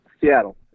Seattle